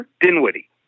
Dinwiddie